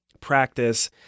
practice